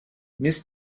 miss